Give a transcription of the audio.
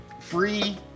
free